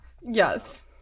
Yes